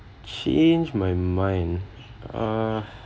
change my mind uh